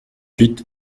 huit